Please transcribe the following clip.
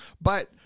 But-